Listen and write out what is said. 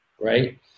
right